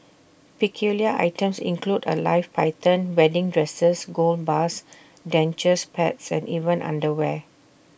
peculiar items include A live python wedding dresses gold bars dentures pets and even underwear